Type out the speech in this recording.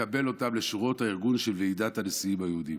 לקבל אותם לשורות הארגון של ועידת הנשיאים היהודים.